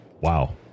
wow